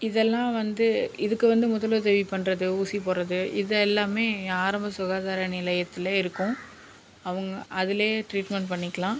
இதெல்லாம் வந்து இதுக்கு வந்து முதலுதவி பண்ணுறது ஊசி போடுறது இது எல்லாமே ஆரம்ப சுகாதார நிலையத்திலேயே இருக்கும் அவங்க அதிலேயே ட்ரீட்மென்ட் பண்ணிக்கலாம்